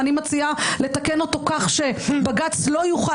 ואני מציעה לתקן אותו כך שבג"ץ לא יוכל